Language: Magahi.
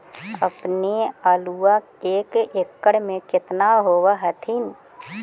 अपने के आलुआ एक एकड़ मे कितना होब होत्थिन?